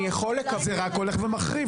זה רק הולך ומחריף.